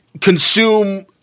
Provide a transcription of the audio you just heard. consume